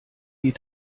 die